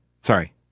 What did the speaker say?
Sorry